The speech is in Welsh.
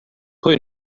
pwy